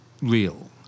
real